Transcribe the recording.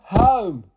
home